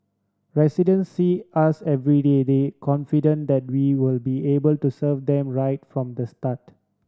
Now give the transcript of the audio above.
resident see us everyday they confident that we will be able to serve them right from the start